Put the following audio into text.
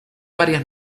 varias